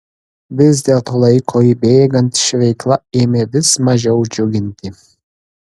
vis dėlto laikui bėgant ši veikla ėmė vis mažiau džiuginti